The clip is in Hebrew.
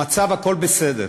המצב, הכול בסדר.